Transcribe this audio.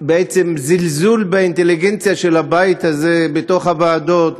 ובעצם זלזול באינטליגנציה של הבית הזה בתוך הוועדות.